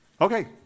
Okay